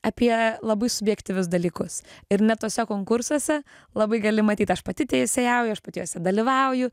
apie labai subjektyvius dalykus ir net tuose konkursuose labai gali matyt aš pati teisėjauju aš pati juose dalyvauju